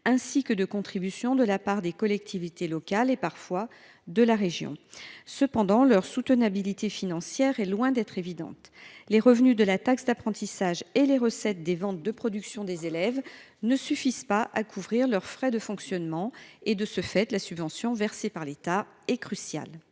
ainsi que de contributions de la part des collectivités locales, y compris, dans certains cas, de la région. Cependant, leur soutenabilité financière est loin d’être évidente : les recettes issues de la taxe d’apprentissage et des ventes des productions des élèves ne suffisent pas à couvrir leurs frais de fonctionnement ; de ce fait, la subvention versée par l’État est rendue